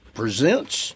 presents